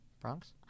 Bronx